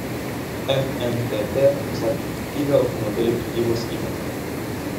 fntt nustatė fiktyvią automobilių prekybos įmonę